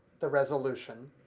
the resolution.